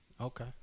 Okay